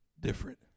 different